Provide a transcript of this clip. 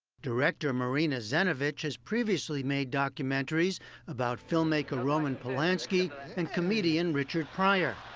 director marina zenovich has previously made documentaries about filmmaker roman polanski and comedian richard pryor.